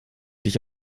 dich